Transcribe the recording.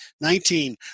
Nineteen